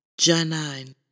Janine